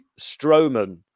Strowman